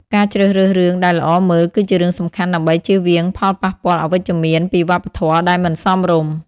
ការជ្រើសរើសរឿងដែលល្អមើលគឺជារឿងសំខាន់ដើម្បីជៀសវាងផលប៉ះពាល់អវិជ្ជមានពីវប្បធម៌ដែលមិនសមរម្យ។